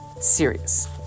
serious